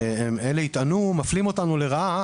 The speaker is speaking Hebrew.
שאלה יטענו: מפלים אותנו לרעה,